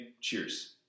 cheers